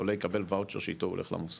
עולה יקבל וואוצ'ר שאיתו הוא הולך למוסד,